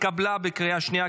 התקבלה בקריאה השנייה.